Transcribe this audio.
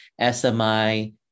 SMI